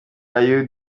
ayew